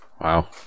Wow